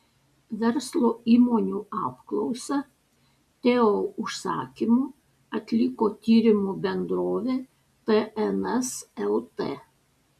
verslo įmonių apklausą teo užsakymu atliko tyrimų bendrovė tns lt